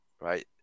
right